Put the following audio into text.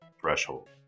threshold